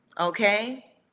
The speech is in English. Okay